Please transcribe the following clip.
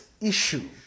issue